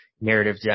narrative